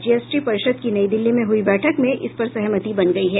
GST परिषद की नई दिल्ली में हुई बैठक में इस पर सहमति बन गयी है